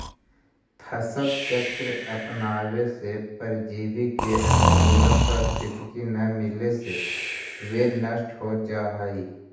फसल चक्र अपनावे से परजीवी के अनुकूल परिस्थिति न मिले से वे नष्ट हो जाऽ हइ